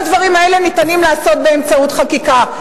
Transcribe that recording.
את כל הדברים האלה ניתן לעשות באמצעות חקיקה,